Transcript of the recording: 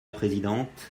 présidente